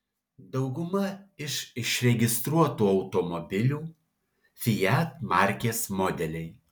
dauguma iš išregistruotų automobiliu fiat markės modeliai